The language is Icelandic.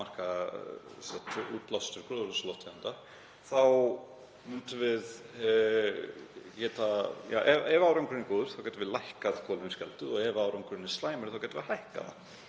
gróðurhúsalofttegunda, ef árangurinn er góður þá getum við lækkað kolefnisgjaldið og ef árangurinn er slæmur þá gætum við hækkað það.